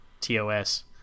TOS